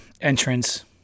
entrance